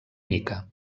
mica